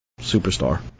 superstar